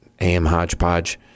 amhodgepodge